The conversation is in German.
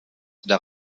der